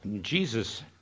Jesus